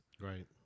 Right